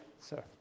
sir